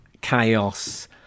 chaos